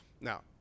Now